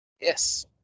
Yes